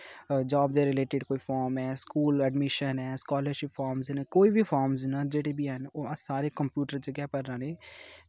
job दे related कोई form ऐ स्कूल एडमिशंस ऐ स्कॉलरशिप दा फार्म्स ऐ कोई बी फार्म्स न जेह्ड़े बी हैन ओह् अस सारे कंप्यूटर गै भरै